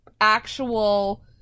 actual